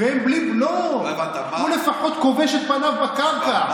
הוא לפחות כובש את פניו בקרקע.